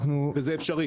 זה אפשרי.